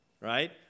Right